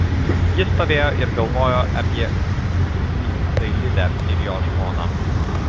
ji stovėjo ir galvojo apie guvųjį dailidę ir jo žmoną